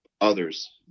others